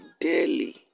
daily